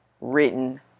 written